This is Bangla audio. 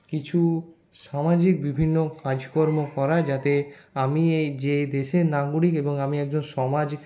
কিছু সামাজিক বিভিন্ন কাজকর্ম করা যাতে আমি এই যে দেশের নাগরিক এবং আমি একজন সমাজ